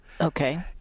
Okay